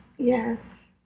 Yes